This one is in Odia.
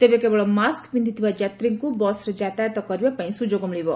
ତେବେ କେବଳ ମାସ୍କ ପିଛିଥିବା ଯାତ୍ରୀଙ୍କୁ ବସ୍ରେ ଯାତାୟାତ କରିବା ପାଇଁ ସୁଯୋଗ ମିଳିବ